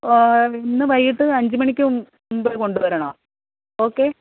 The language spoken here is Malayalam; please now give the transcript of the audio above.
ഇന്ന് വൈകിട്ട് അഞ്ച് മണിക്ക് മു മുമ്പേ കൊണ്ടുവരണം ഓക്കെ